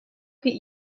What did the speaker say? kear